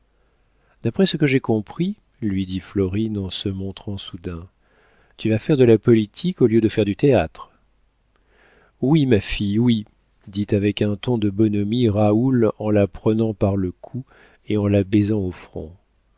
d'après ce que j'ai compris lui dit florine en se montrant soudain tu vas faire de la politique au lieu de faire du théâtre oui ma fille oui dit avec un ton de bonhomie raoul en la prenant par le cou et en la baisant au front